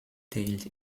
tailed